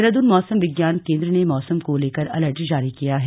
देहरादून मौसम विज्ञान केंद्र ने मौसम को लेकर अलर्ट जारी किया है